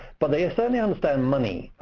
but they certainly understand money,